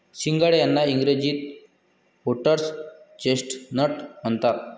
सिंघाडे यांना इंग्रजीत व्होटर्स चेस्टनट म्हणतात